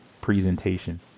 presentation